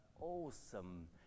awesome